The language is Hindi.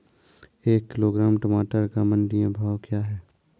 एक किलोग्राम टमाटर का मंडी में भाव क्या है?